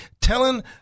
telling